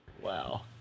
Wow